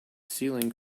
ceiling